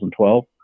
2012